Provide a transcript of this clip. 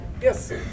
Yes